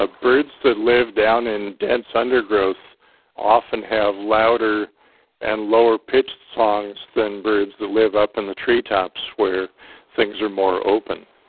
ah birds that live down in dense undergrowth often have louder and lower-pitched songs than birds that live up in the treetops where things are more open